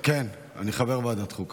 כן, אני חבר ועדת חוקה.